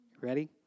Ready